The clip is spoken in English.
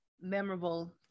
memorable